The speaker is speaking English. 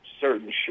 certain